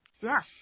Yes